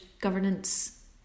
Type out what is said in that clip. governance